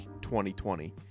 2020